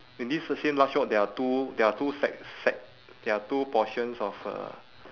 in this large rock there are two there are two sec~ sec~ there are two portions of uh